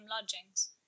lodgings